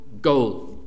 goal